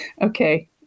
Okay